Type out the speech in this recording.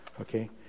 Okay